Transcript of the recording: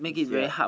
yea